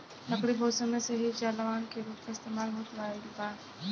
लकड़ी बहुत समय से ही जलावन के रूप में इस्तेमाल होत आईल बा